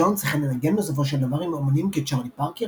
ג'ונס החל לנגן בסופו של דבר עם אמנים כצ'ארלי פארקר,